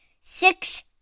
six